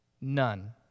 None